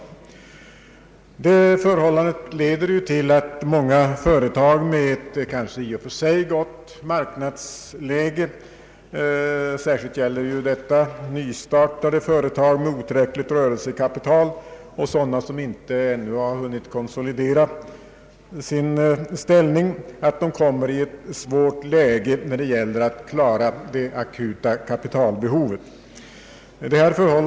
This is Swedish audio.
Det förhållandet leder till att många företag med ett kanske i och för sig gott marknadsläge — särskilt gäller detta nystartade företag med otillräckligt rörelsekapital och sådana som ännu inte har hunnit konsolidera sin ställning — kommer i ett svårt läge när det gäller att klara det akuta kapitalbehovet.